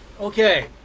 okay